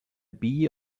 bee